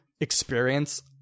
experience